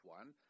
one